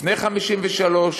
לפני 1953,